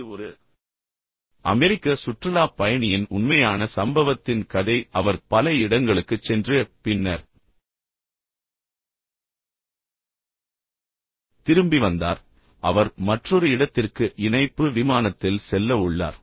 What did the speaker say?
இது ஒரு அமெரிக்க சுற்றுலாப் பயணியின் உண்மையான சம்பவத்தின் கதை அவர் பல இடங்களுக்குச் சென்று பின்னர் திரும்பி வந்தார் அவர் மற்றொரு இடத்திற்கு இணைப்பு விமானத்தில் செல்ல உள்ளார்